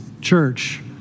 church